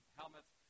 helmets